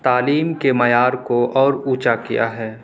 تعلیم کے معیار کو اور اونچا کیا ہے